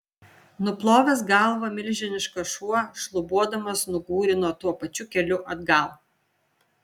nuplovęs galvą milžiniškas šuo šlubuodamas nugūrino tuo pačiu keliu atgal